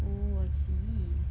oh I see